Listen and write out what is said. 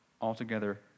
altogether